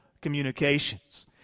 communications